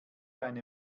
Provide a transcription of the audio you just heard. eine